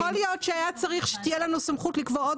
יכול להיות שהיה צריך שתהיה לנו סמכות לקבוע עוד